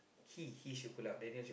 he he should pull out Daniel should